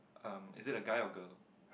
um is it a guy or girl